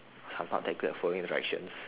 I am not that good at following directions